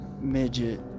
midget